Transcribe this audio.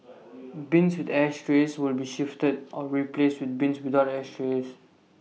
bins with ashtrays will be shifted or replaced with bins without ashtrays